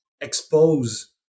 expose